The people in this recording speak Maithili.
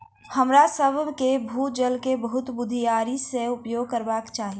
हमरासभ के भू जल के बहुत बुधियारी से उपयोग करबाक चाही